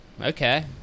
Okay